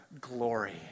glory